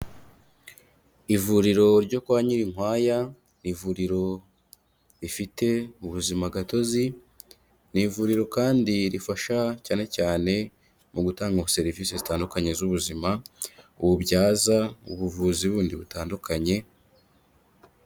Ivuriro ryo kwa Nyirinkwaya, ivuriro rifite ubuzima gatozi, ni ivuriro kandi rifasha cyane cyane mu gutanga serivise zitandukanye z'ubuzima, ububyaza ubuvuzi bundi butandukanye.